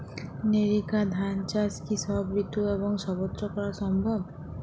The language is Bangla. নেরিকা ধান চাষ কি সব ঋতু এবং সবত্র করা সম্ভব?